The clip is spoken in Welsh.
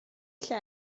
lle